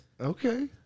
Okay